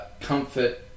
comfort